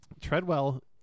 Treadwell